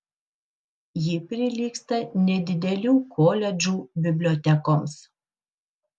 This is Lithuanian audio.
ji prilygsta nedidelių koledžų bibliotekoms